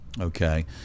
Okay